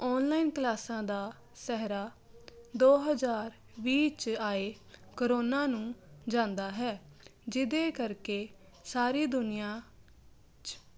online ਕਲਾਸਾਂ ਦਾ ਸਿਹਰਾ ਦੋ ਹਜ਼ਾਰ ਵੀਹ 'ਚ ਆਏ ਕਰੋਨਾ ਨੂੰ ਜਾਂਦਾ ਹੈ ਜਿਹਦੇ ਕਰਕੇ ਸਾਰੀ ਦੁਨੀਆ 'ਚ